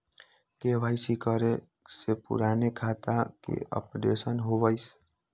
KYC करें से पुराने खाता के अपडेशन होवेई?